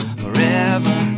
forever